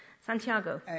Santiago